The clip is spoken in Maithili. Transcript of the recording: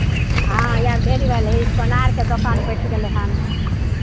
हँ आब ढेरी भेलै सोनारके दोकान बैठ गेलै हन